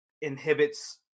inhibits –